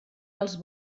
els